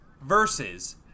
versus